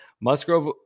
Musgrove